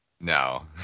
No